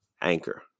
Anchor